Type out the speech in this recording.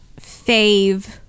fave